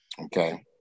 okay